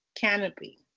canopy